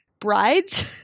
brides